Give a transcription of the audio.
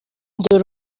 dore